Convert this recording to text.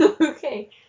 Okay